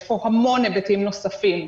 יש פה המון היבטים נוספים.